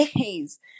days